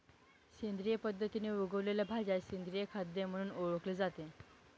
सेंद्रिय पद्धतीने उगवलेल्या भाज्या सेंद्रिय खाद्य म्हणून ओळखले जाते